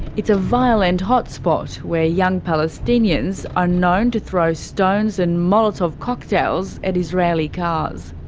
it's a violent hot-spot, where young palestinians are known to throw stones and molotov cocktails at israeli cars.